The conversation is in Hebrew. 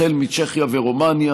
החל מצ'כיה ורומניה,